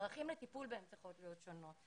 והדרכים לטיפול צריכות להיות שונות.